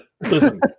listen